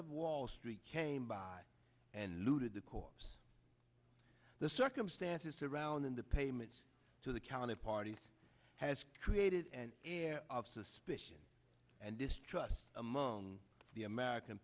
of wall street came by and looted the course the circumstances surrounding the payments to the county party has created an air of suspicion and distrust among the american